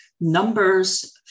numbers